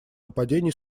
нападений